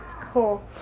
cool